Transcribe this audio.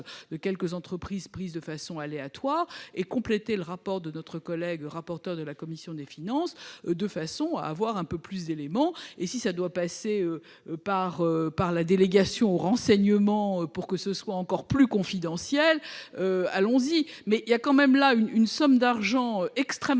de quelques entreprises choisies de façon aléatoire et compléter le rapport de notre collègue rapporteur de la commission des finances, de façon à avoir un peu plus d'éléments. Et si cela doit passer par la délégation aux renseignements pour que ce soit encore plus confidentiel, soit ! Il y a là une somme d'argent extrêmement